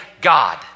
God